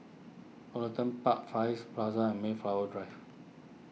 Woollerton Park Far East Plaza and Mayflower Drive